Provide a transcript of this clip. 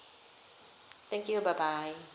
thank you bye bye